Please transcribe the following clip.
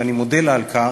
ואני מודה לה על כך,